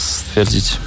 stwierdzić